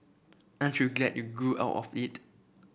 aren't you glad you grew out of it